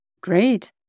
great